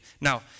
Now